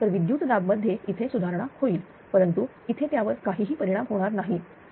तर विद्युतदाब मध्ये इथे सुधारणा होईल परंतु इथे त्यावर काहीही परिणाम होणार नाही बरोबर